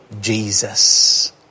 Jesus